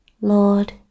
Lord